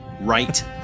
right